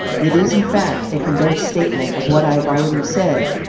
it is, in fact, a condensed statement of what i have already said.